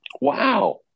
Wow